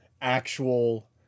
actual